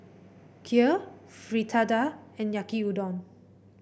Kheer Fritada and Yaki Udon